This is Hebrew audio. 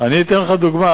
אני אתן לך דוגמה.